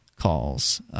calls